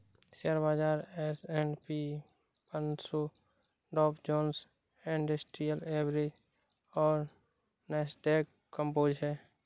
share बाजार S and P पनसो Dow Jones industrial average और नैस्डैक कंपोजिट है